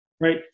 right